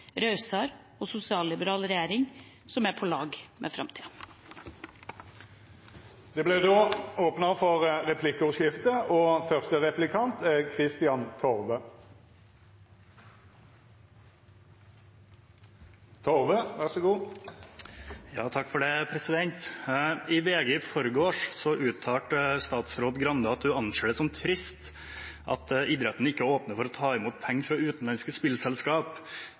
rausere og sosialliberal regjering som er på lag med framtida. Det vert replikkordskifte. I VG i forgårs uttalte statsråd Skei Grande at hun anser det som trist at idretten ikke åpner opp for å ta imot penger fra utenlandske spillselskap.